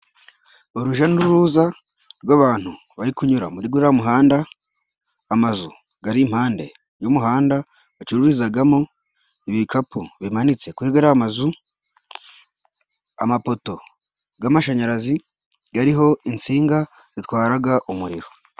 Uruja n'uruza rw'abantu bari kunyura muri guriya muhanda, amazu gari impande y'umuhanda, bacururizaga mo, ibikapu bimanitse kuri gariya amazu, amapoto g'amashanyarazi gariho insinga zitwaraga umuriro.